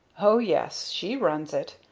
oh yes, she runs it.